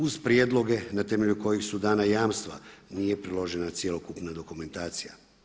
Uz prijedloge na temelju kojih su dana jamstva nije priložena cjelokupna dokumentacija.